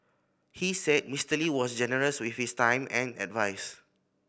he said Mister Lee was generous with his time and advise